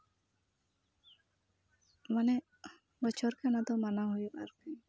ᱢᱟᱱᱮ ᱵᱚᱪᱷᱚᱨ ᱜᱮ ᱚᱱᱟ ᱫᱚ ᱢᱟᱱᱟᱣ ᱦᱩᱭᱩᱜᱼᱟ ᱟᱨᱠᱤ